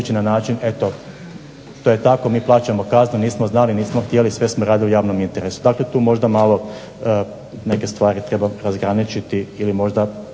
na način, eto to je tako mi plaćamo kaznu, nismo znali, nismo htjeli, sve smo radili u javnom interesu. Dakle, tu možda malo neke stvari treba razgraničiti ili možda